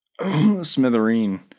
Smithereen